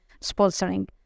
sponsoring